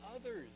others